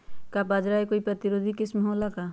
का बाजरा के कोई प्रतिरोधी किस्म हो ला का?